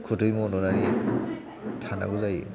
खुदै मन'नानै थानांगौ जायो